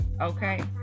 okay